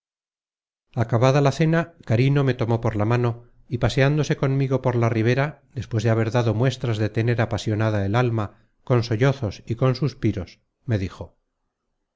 acabada la cena carino me tomó por la mano y paseándose conmigo por la ribera despues de haber dado muestras de tener apasionada el alma con sollozos y con suspiros me dijo